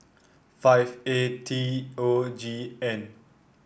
five A T O G N